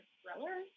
thriller